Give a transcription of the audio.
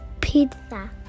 Pizza